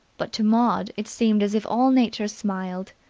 but to maud it seemed as if all nature smiled.